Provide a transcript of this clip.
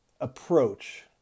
approach